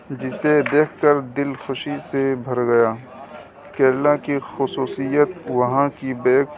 جسے دیکھ کر دل خوشی سے بھر گیا کیرلا کی خصوصیت وہاں کی بیک